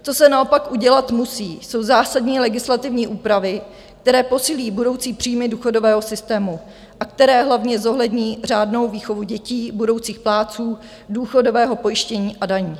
Co se naopak udělat musí, jsou zásadní legislativní úpravy, které posílí budoucí příjmy důchodového systému, které hlavně zohlední řádnou výchovu dětí, budoucích plátců důchodového pojištění a daní.